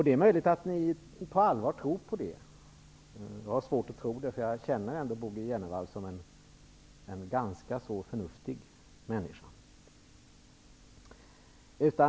Det är möjligt att ni på allvar tror på det, men jag har svårt att tro det, därför att jag känner Bo G Jenevall som en ganska förnuftig människa.